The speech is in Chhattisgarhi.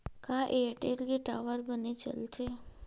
का एयरटेल के टावर बने चलथे?